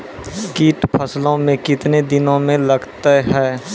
कीट फसलों मे कितने दिनों मे लगते हैं?